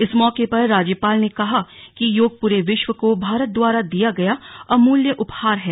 इस मौके पर राज्यपाल ने कहा कि योग पूरे विश्व को भारत द्वारा दिया गया अमूल्य उपहार है